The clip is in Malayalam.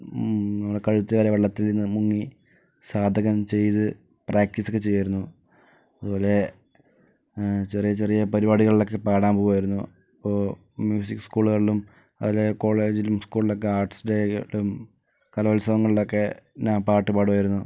നമ്മടെ കഴുത്ത് വരെ വെള്ളത്തിൽന്ന് മുങ്ങി സാധകം ചെയ്ത് പ്രാക്ടീസ്ക്കെ ചെയ്യുമായിരുന്നു അതുപോലെ ചെറിയ ചെറിയ പരിപാടികളിലൊക്കെ പാടാൻ പോകുമായിരുന്നു ഇപ്പൊൾ മ്യൂസിക്ക് സ്കൂളുകളിലും അതുപോലെ കോളേജിലും സ്കൂളിലൊക്കെ ആർട്സ് ഡേയും കലോത്സവങ്ങളിലൊക്കെ ഞാൻ പാട്ടു പാടുമായിരുന്നു